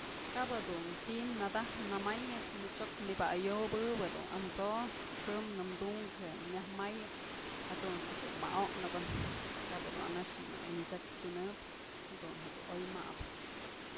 Kap jedun ti'i nadaj namayëp nëchok nëbya ayowëbë amso'o xëmnë dunk je'e myaj mayëp jadunt's jedun ma'onëbën kabë dun ana'axë nëmyën nëchyat's tyunëp jadun je'e dun oy mabë.